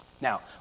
Now